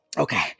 Okay